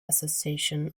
association